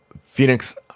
Phoenix